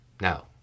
Now